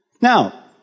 Now